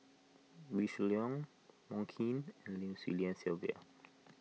Wee Shoo Leong Wong Keen and Lim Swee Lian Sylvia